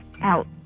out